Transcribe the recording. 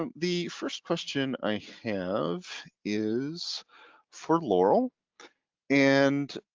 and the first question i have is for laurel and